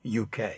UK